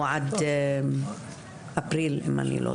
או עד אפריל, אם אני לא טועה.